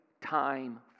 time